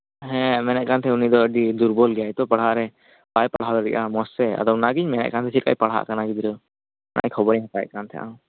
ᱦᱮᱸ ᱢᱮᱱᱮᱫ ᱠᱟᱱ ᱛᱟᱦᱮᱸᱫ ᱤᱧ ᱩᱱᱤ ᱫᱚ ᱟᱹᱰᱤ ᱫᱩᱨᱵᱚᱞ ᱜᱮᱭᱟᱭ ᱛᱚ ᱯᱟᱲᱦᱟᱣ ᱨᱮ ᱵᱟᱭ ᱯᱟᱲᱦᱟᱣ ᱫᱟᱲᱮᱭᱟᱜᱼᱟ ᱢᱚᱸᱡᱽ ᱛᱮ ᱟᱫᱚ ᱚᱱᱟ ᱜᱮᱧ ᱢᱮᱱᱮᱫ ᱠᱟᱱ ᱛᱟᱦᱮᱸᱫᱼᱟ ᱪᱮᱫ ᱞᱮᱠᱟᱭ ᱯᱟᱲᱦᱟᱜ ᱠᱟᱱᱟ ᱜᱤᱫᱽᱨᱟᱹ ᱚᱱᱟᱜᱮ ᱠᱷᱚᱵᱚᱨᱤᱧ ᱦᱟᱛᱟᱣᱮᱫ ᱠᱟᱱ ᱛᱟᱦᱮᱸᱫᱼᱟ